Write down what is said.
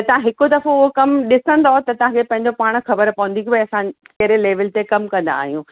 त तव्हां हिकु दफो उहो कमु ॾिसंदव त तव्हांखे पंहिंजो पाण ख़बरु पवंदी की भई असां कहिड़े लैवल ते कमु कंदा आहियूं